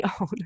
own